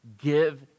give